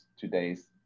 today's